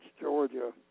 Georgia